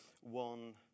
one